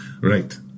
Right